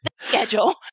Schedule